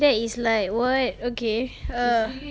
that is like what okay err